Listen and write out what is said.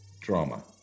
Drama